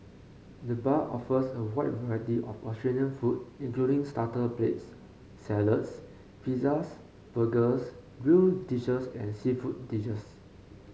the bar offers a wide variety of Australian food including starter plates salads pizzas burgers grill dishes and seafood dishes